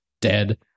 dead